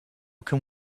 can